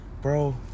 Bro